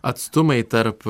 atstumai tarp